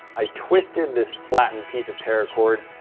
i twisted this flattened piece of paracord.